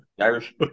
irish